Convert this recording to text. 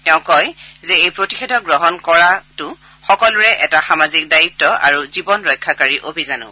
তেওঁ কয় যে এই প্ৰতিষেধক গ্ৰহণ কৰা কৰাটো সকলোৰে এটা সামাজিক দায়িত্ব আৰু জীৱন ৰক্ষাকাৰী অভিযানো